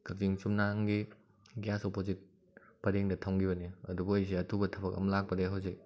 ꯀꯛꯆꯤꯡ ꯆꯨꯝꯅꯥꯡꯒꯤ gas opposite ꯄꯔꯦꯡꯗ ꯊꯝꯈꯤꯕꯅꯦ ꯑꯗꯨꯕꯨ ꯑꯩꯁꯦ ꯑꯊꯨꯕ ꯊꯕꯛ ꯑꯃ ꯂꯥꯛꯄꯗꯒꯤ ꯍꯧꯖꯤꯛ